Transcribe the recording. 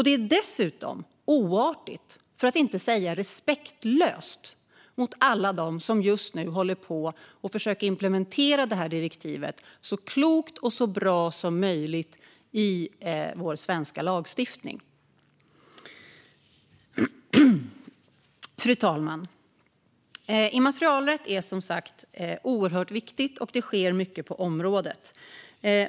Det är dessutom oartigt, för att inte säga respektlöst, mot alla dem som just nu försöker implementera detta direktiv så klokt och så bra som möjligt i vår svenska lagstiftning. Fru talman! Immaterialrätt är som sagt oerhört viktigt, och det sker mycket på området.